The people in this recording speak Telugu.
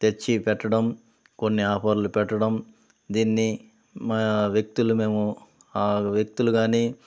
తెచ్చిపెట్టడం కొన్ని ఆఫర్లు పెట్టడం దీన్ని మా వ్యక్తులు మేము ఆ వ్యక్తులు కానీ